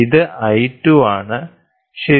ഇത് I2 ആണ് ശരി